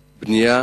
בנייה,